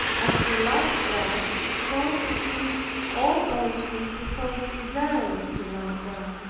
as he loved god, so he did all those whom he thought desired to love god.